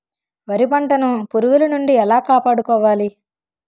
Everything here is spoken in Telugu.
వరి పంటను పురుగుల నుండి ఎలా కాపాడుకోవాలి?